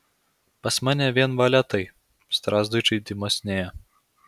pas mane vien valetai strazdui žaidimas nėjo